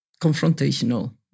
confrontational